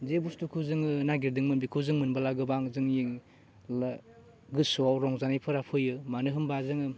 जे बुस्तुखौ जोङो नागिरदोंमोन बेखौ जों मोनबोला गोबां जोंनि लाह गोसोआव रंजानायफोरा फैयो मानो होनबा जोङो